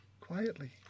quietly